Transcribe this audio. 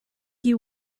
you